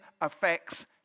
affects